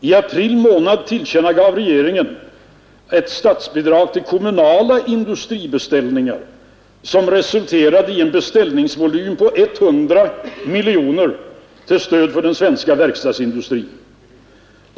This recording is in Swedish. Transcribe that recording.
I april månad tillkännagav regeringen ett statsbidrag till kommunala industribeställningar, som resulterade i en beställningsvolym på 100 miljoner kronor till stöd för den svenska verkstadsindustrin.